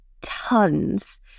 tons